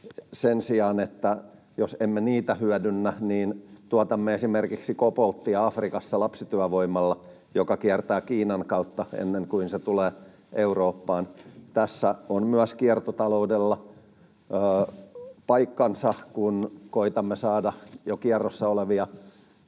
luonnonvaroja. Jos emme niitä hyödynnä, niin sen sijaan tuotamme Afrikassa lapsityövoimalla esimerkiksi kobolttia, joka kiertää Kiinan kautta ennen kuin se tulee Eurooppaan. Tässä on myös kiertotaloudella paikkansa, kun koetamme saada jo kierrossa olevia